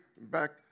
back